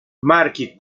marchi